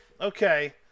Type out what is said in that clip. Okay